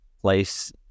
place